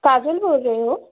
काजल बोल रहे हो